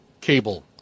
cable